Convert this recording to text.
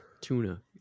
tuna